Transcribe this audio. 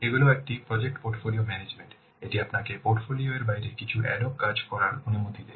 এগুলি একটি project portfolio management এটি আপনাকে পোর্টফোলিও এর বাইরে কিছু ad hoc কাজ করার অনুমতি দেয়